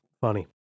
funny